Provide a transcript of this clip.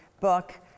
book